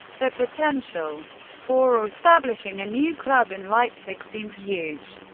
the potential for establishing a new club in leipzig seemed huge.